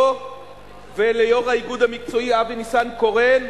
לו וליושב-ראש האיגוד המקצועי אבי ניסנקורן.